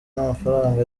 n’amafaranga